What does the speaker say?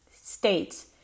states